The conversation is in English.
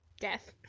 Death